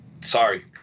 sorry